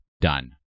Done